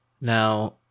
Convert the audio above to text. Now